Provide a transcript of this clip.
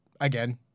again